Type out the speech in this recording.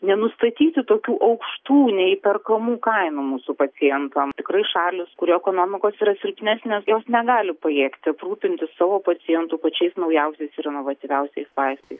nenustatyti tokių aukštų neįperkamų kainų mūsų pacientam tikrai šalys kurių ekonomikos yra silpnesnės jos negali pajėgti aprūpinti savo pacientų pačiais naujausiais ir inovatyviausiais vaistais